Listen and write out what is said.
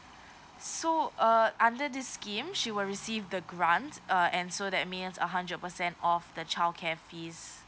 so uh under this scheme she will receive the grant uh and so that means a hundred percent off the childcare fees